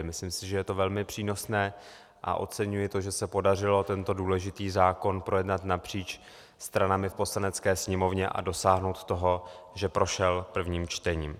Myslím si, že je to velmi přínosné, a oceňuji to, že se podařilo tento důležitý zákon projednat napříč stranami v Poslanecké sněmovně a dosáhnout toho, že prošel prvním čtením.